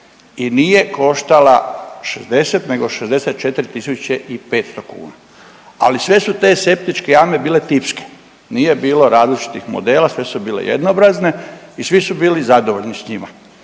i nije koštala 60 nego 64 500 kuna, ali sve su te septičke jame bile tipske, nije bilo različitih modela, sve su bile jednobrazne i svi su bili zadovoljni s njima